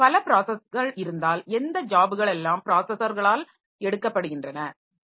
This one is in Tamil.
இதேபோல் பல பிராஸஸர்கள் இருந்தால் எந்த ஜாப்கள் எல்லாம் பிராஸஸர்களால் எடுக்கப்படுகின்றன